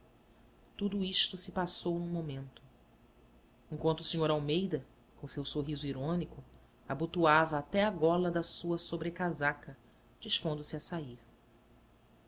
tudo isto se passou num momento enquanto o sr almeida com o seu sorriso irônico abotoava até a gola da sua sobrecasaca dispondo-se a sair